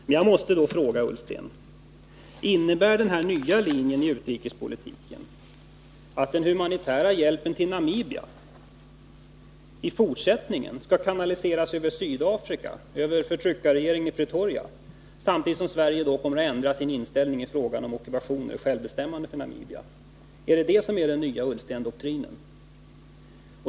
Men jag måste då fråga honom: Innebär den här nya linjen i utrikespolitiken att den humanitära hjälpen till Namibia i fortsättningen skall kanaliseras över Sydafrika, över förtryckarregeringen i Pretoria, samtidigt som Sverige då kommer att ändra sin inställning i fråga om ockupation eller självbestämmande för Namibia? Är det det som är den nya Ullstendoktrinen?